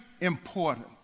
important